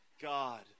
God